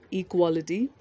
equality